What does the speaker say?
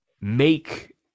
make